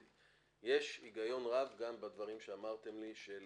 יש היגיון רב גם בדברים שאמרתם לי, של